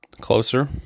closer